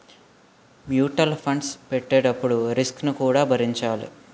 mutual funds పెట్టేటప్పుడు risk ను కూడా భరించాలి